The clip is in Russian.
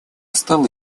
стало